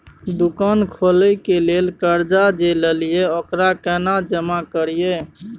दुकान खोले के लेल कर्जा जे ललिए ओकरा केना जमा करिए?